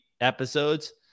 episodes